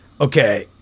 Okay